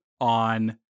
on